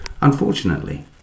Unfortunately